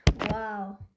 Wow